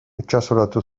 itsasoratu